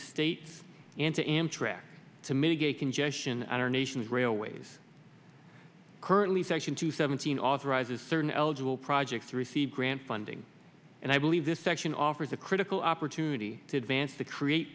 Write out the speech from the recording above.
states and to amtrak to mitigate congestion on our nation's railways currently section two seventeen authorizes certain eligible projects to receive grant funding and i believe this section offers a critical opportunity to advance the create